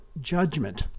judgment